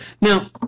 Now